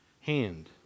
hand